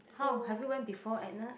how have you went before Agnes